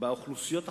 באוכלוסיות החלשות.